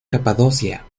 capadocia